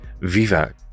Viva